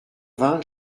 vingts